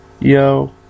Yo